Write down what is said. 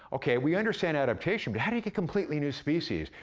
okay, we understand adaptation, but how do you get completely new species?